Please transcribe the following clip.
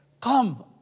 come